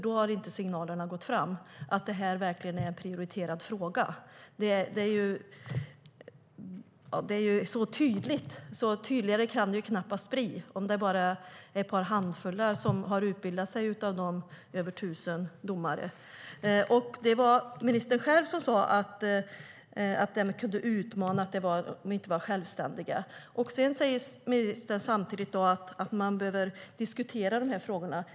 Då har inte signalerna om att det här verkligen är en prioriterad fråga gått fram. Det är tydligt. Tydligare kan det knappast bli, om det bara är ett fåtal av de över tusen domarna som har utbildat sig. Det var ministern själv som sade att det här kunde utmana och att de inte var självständiga. Samtidigt säger ministern att man behöver diskutera de här frågorna.